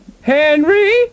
Henry